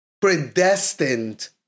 predestined